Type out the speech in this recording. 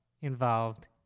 involved